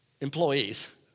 employees